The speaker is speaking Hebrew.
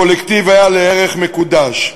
הקולקטיב היה ערך מקודש,